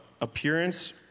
appearance